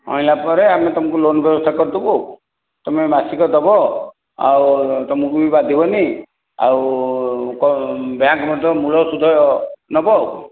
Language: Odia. ଆଣିଲା ପରେ ଆମେ ତୁମକୁ ଲୋନ୍ ବ୍ୟବସ୍ଥା କରିଦେବୁ ଆଉ ତୁମେ ମାସିକ ଦେବ ଆଉ ତୁମକୁ ବି ବାଧିବନି ଆଉ ବ୍ୟାଙ୍କ୍ ମଧ୍ୟ ମୂଳ ସୁଧ ନବ ଆଉ କ'ଣ